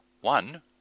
one